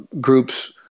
groups